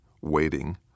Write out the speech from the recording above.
waiting